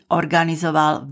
organizoval